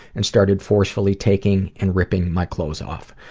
and started forcefully taking and ripping my clothes off.